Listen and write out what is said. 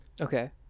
Okay